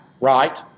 right